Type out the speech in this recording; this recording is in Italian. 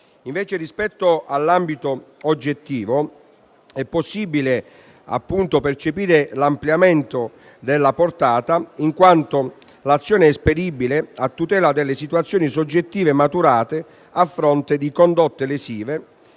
invece all'ambito oggettivo, da una parte è possibile percepire l'ampliamento della portata in quanto l'azione è esperibile a tutela delle situazioni soggettive maturate a fronte di condotte lesive